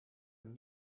een